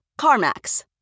CarMax